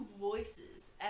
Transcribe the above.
voices